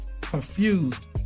confused